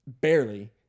barely